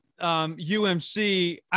UMC